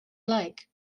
like